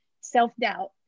self-doubt